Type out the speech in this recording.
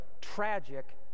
tragic